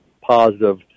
positive